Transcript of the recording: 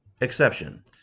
exception